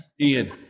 Ian